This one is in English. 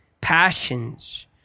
passions